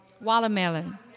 watermelon